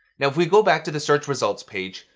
now, if we go back to the search results page,